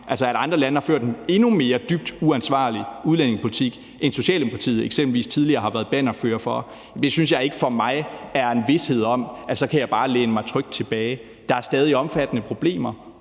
altså at andre lande har ført en endnu mere dybt uansvarlig udlændingepolitik end den, Socialdemokratiet eksempelvis tidligere har været bannerfører for. Det er for mig ikke en vished om, at så kan jeg bare læne mig trygt tilbage. Der er stadig omfattende problemer.